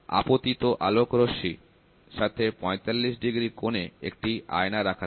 আপতিত আলোক রশ্মি র সাথে 45 ডিগ্রী কোণে একটি আয়না রাখা থাকে